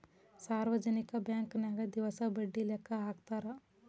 ಸಾರ್ವಜನಿಕ ಬಾಂಕನ್ಯಾಗ ದಿವಸ ಬಡ್ಡಿ ಲೆಕ್ಕಾ ಹಾಕ್ತಾರಾ